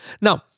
Now